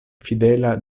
fidela